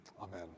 Amen